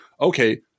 Okay